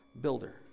builder